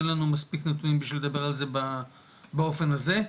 אין לנו מספיק נתונים בשביל לדבר על זה באופן הזה.